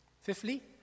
Fifthly